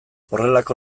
horrelako